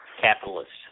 capitalists